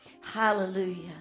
Hallelujah